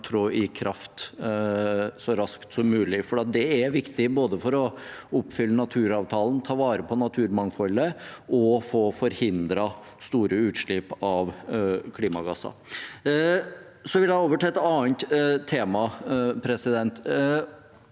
tre i kraft så raskt som mulig. Det er viktig både for å oppfylle naturavtalen, ta vare på naturmangfoldet og for å få forhindret store utslipp av klimagasser. Så vil jeg over til et annet tema. I juni